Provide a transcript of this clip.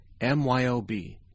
MYOB